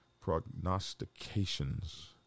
Prognostications